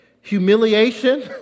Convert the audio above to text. humiliation